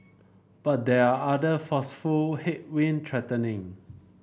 but there are other forceful headwind threatening